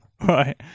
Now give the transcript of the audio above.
Right